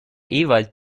ewald